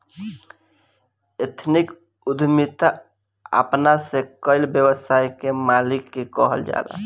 ethnic उद्यमिता अपना से कईल व्यवसाय के मालिक के कहल जाला